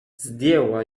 zdjęła